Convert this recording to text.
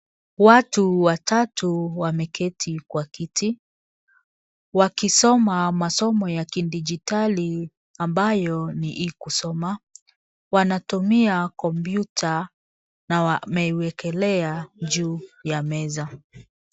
Watu watatu wameketi kwa kiti, wakisoma masomo ya kidigitari ambayo ni kusoma wanatumia kompyuta na wameiwekelea juu ya meza.